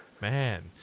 Man